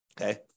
Okay